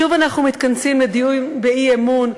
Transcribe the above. שוב אנחנו מתכנסים לדיון באי-אמון,